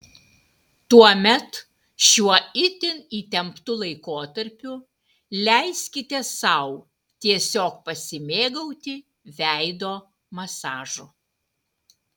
tuomet šiuo itin įtemptu laikotarpiu leiskite sau tiesiog pasimėgauti veido masažu